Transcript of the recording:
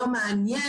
לא מעניין,